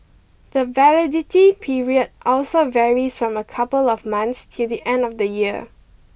the validity period also varies from a couple of months till the end of the year